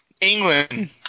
England